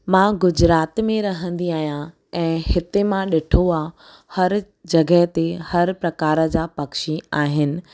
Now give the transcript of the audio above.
मां गुजरात में रहंदी आहियां ऐं हिते मां ॾिठो आहे हर जॻहि ते हर प्रकार जा पक्षी आहिनि